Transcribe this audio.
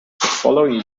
following